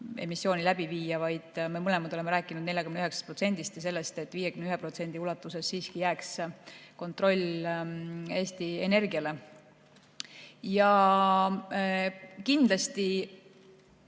emissiooniga, vaid me mõlemad oleme rääkinud 49%-st ja sellest, et 51% ulatuses siiski jääks kontroll Eesti Energiale. Kindlasti